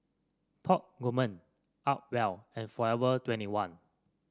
Top Gourmet Acwell and Forever twenty one